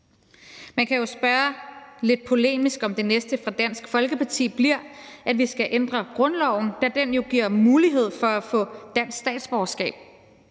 Man kan spørge lidt polemisk, om det næste fra Dansk Folkeparti bliver, at vi skal ændre grundloven, da den jo giver mulighed for at få dansk statsborgerskab,